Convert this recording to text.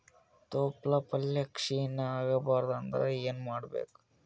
ತೊಪ್ಲಪಲ್ಯ ಕ್ಷೀಣ ಆಗಬಾರದು ಅಂದ್ರ ಏನ ಮಾಡಬೇಕು?